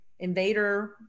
invader